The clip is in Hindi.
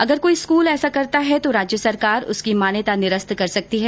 अगर कोई स्कूल ऐसा करता है तो राज्य सरकार उसकी मान्यता निरस्त कर सकती है